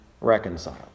reconciled